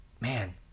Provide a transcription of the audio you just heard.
man